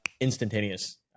instantaneous